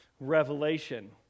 Revelation